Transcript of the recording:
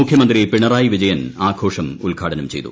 മുഖ്യമന്ത്രി പിണറായി വിജയൻ ആഘോഷം ഉദ്ഘാടനം ചെയ്തു